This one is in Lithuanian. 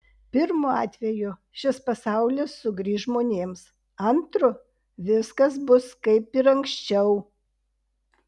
pirmu atveju šis pasaulis sugrįš žmonėms antru viskas bus kaip ir anksčiau